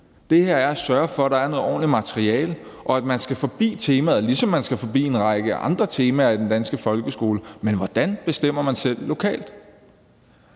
Det her er at sørge for, at der er noget ordentligt materiale, og at man skal forbi temaet, ligesom man skal forbi en række andre temaer i den danske folkeskole, men hvordan bestemmer man selv lokalt.